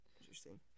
Interesting